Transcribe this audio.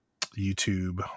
YouTube